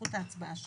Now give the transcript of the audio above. זכות ההצבעה שלו.